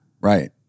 Right